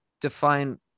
define